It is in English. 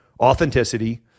authenticity